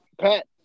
Pat